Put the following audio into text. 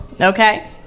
okay